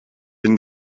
bin